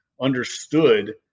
understood